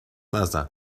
نزن